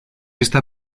esta